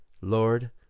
Lord